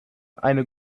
eine